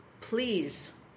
please